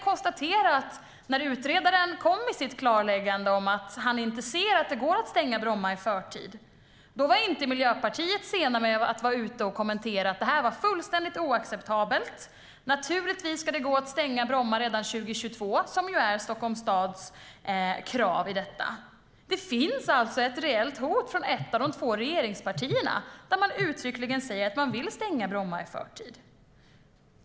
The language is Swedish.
Men när utredaren kom med sitt klarläggande om att han inte ser att det går att stänga Bromma i förtid var Miljöpartiet inte sena med att kommentera att det var fullständigt oacceptabelt. Naturligtvis ska det gå att stänga Bromma redan 2022, vilket är Stockholms stads krav. Det finns alltså ett reellt hot från ett av de två regeringspartierna som uttryckligen säger att de vill stänga Bromma i förtid.